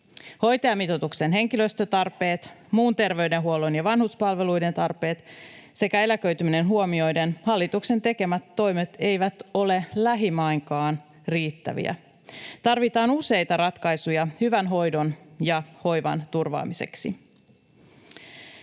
Hoitajamitoituksen henkilöstötarpeet, muun terveydenhuollon ja vanhuspalveluiden tarpeet sekä eläköityminen huomioiden hallituksen tekemät toimet eivät ole lähimainkaan riittäviä. Tarvitaan useita ratkaisuja hyvän hoidon ja hoivan turvaamiseksi.